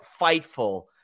FIGHTFUL